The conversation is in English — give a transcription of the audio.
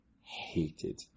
hated